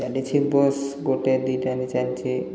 ଚାଲିଛି ବସ୍ ଗୋଟେ ଦୁଇଟା ନି ଚାଲିଛି